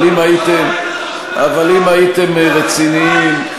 אבל אם הייתם רציניים,